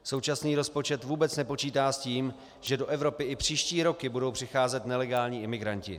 Současný rozpočet vůbec nepočítá s tím, že do Evropy i příští roky budou přicházet nelegální imigranti.